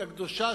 הקדושה,